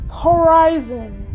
horizon